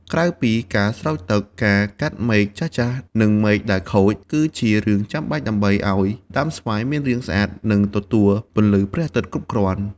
ក្រៅពីការស្រោចទឹក ការកាត់មែកចាស់ៗ និងមែកដែលខូច គឺជារឿងចាំបាច់ដើម្បីឲ្យដើមស្វាយមានរាងស្អាត និងទទួលពន្លឺព្រះអាទិត្យគ្រប់គ្រាន់។